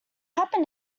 happen